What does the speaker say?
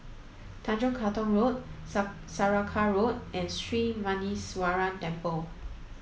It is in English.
Tanjong Katong Road Saraca Road and Sri Muneeswaran Temple